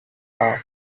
are